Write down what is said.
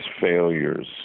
failures